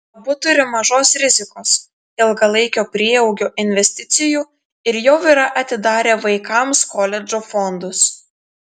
abu turi mažos rizikos ilgalaikio prieaugio investicijų ir jau yra atidarę vaikams koledžo fondus